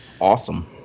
Awesome